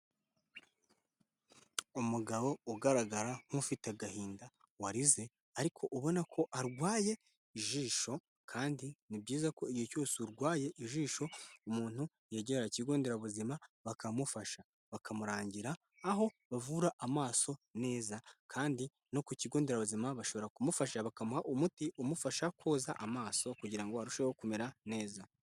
Umugabo ugaragara nk'ufite agahinda, warize ariko ubona ko arwaye ijisho kandi ni byiza ko igihe cyose urwaye ijisho, umuntu yegera ikigo nderabuzima bakamufasha, bakamurangira aho bavura amaso neza, kandi no ku kigo nderabuzima bashobora kumufasha, bakamuha umuti umufasha koza amaso kugira ngo arusheho kumera neza.